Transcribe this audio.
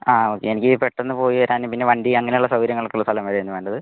ആ ഓക്കെ എനിക്ക് പെട്ടെന്ന് പോയി വരാൻ പിന്നെ വണ്ടി അങ്ങനെയുള്ള സൗകര്യങ്ങളൊക്കെ ഉള്ള സ്ഥലം ആയിരുന്നു വേണ്ടത്